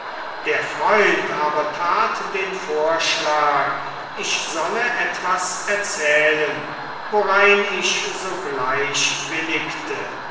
der freund aber tat den vorschlag ich solle etwas erzählen worein ich sogleich willigte